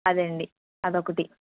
అదండీ అదొకటి